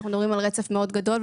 אנחנו מדברים על רצף מאוד גדול,